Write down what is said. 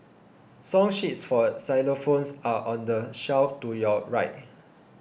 song sheets for xylophones are on the shelf to your right